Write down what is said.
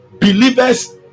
believers